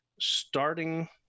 starting